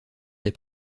des